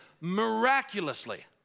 miraculously